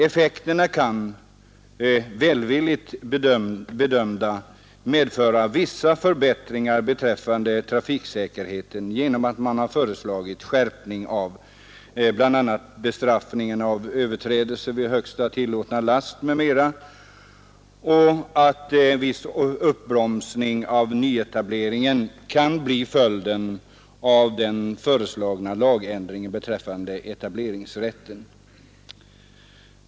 Effekterna kan — välvilligt bedömda — medföra vissa förbättringar beträffande trafiksäkerheten genom att man föreslagit skärpt bestraffning av överträdelser av högsta tillåtna last m.m., och viss uppbromsning av nyetableringen kan bli följden av den föreslagna lagändringen beträffande etableringsrätten.